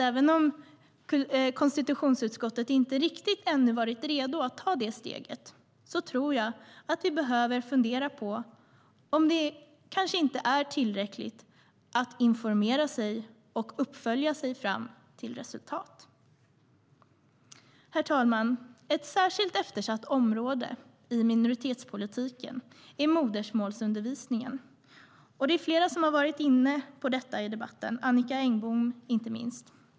Även om konstitutionsutskottet inte riktigt har varit redo att ta steget ännu tror jag att vi behöver fundera på att det kanske inte är tillräckligt att informera sig och uppfölja sig fram till resultat. Herr talman! Ett särskilt eftersatt område i minoritetspolitiken är modersmålsundervisningen. Det är flera här som har varit inne på detta i debatten, inte minst Annicka Engblom.